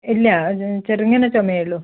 ഇല്ല അത് ചെറുങ്ങനെ ചുമയേയുളളൂ